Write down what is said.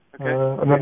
okay